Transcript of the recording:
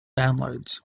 downloads